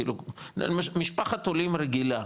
משפחת עולים רגילה